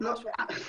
משהו כזה?